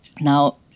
Now